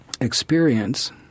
experience